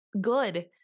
good